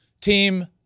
Team